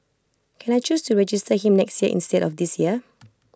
can I choose to register him next year instead of this year